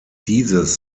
dieses